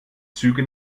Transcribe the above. züge